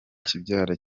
kibyara